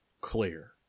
clear